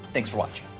thanks for watching.